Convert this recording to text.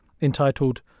entitled